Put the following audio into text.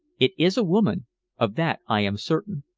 it is a woman of that i am certain.